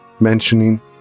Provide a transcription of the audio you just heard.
mentioning